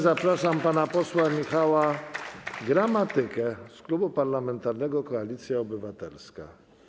Zapraszam pana posła Michała Gramatykę z Klubu Parlamentarnego Koalicja Obywatelska.